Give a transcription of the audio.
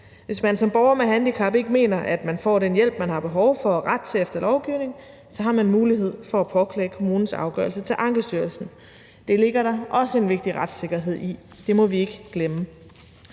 Hvis man som borger med handicap ikke mener, at man får den hjælp, man har behov for og ret til efter lovgivningen, så har man mulighed for at påklage kommunens afgørelse til Ankestyrelsen. Det ligger der også en vigtig retssikkerhed i – det må vi ikke glemme.